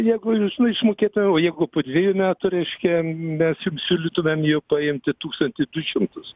jeigu jūs nu išmokėtumėm o jeigu po dvejų metų reiškia mes jum siūlytumėm jau paimti tūkstantį du šimtus